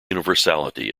universality